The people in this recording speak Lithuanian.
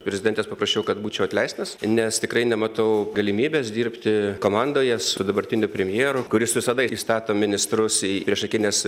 prezidentės paprašiau kad būčiau atleistas nes tikrai nematau galimybės dirbti komandoje su dabartiniu premjeru kuris visada įstato ministrus į priešakines